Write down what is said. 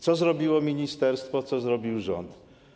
Co zrobiło ministerstwo, co zrobił rząd?